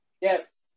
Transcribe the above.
Yes